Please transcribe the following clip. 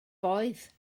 boeth